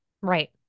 Right